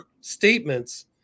statements